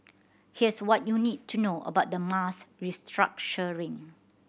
here's what you need to know about the mass restructuring